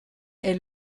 est